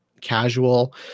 casual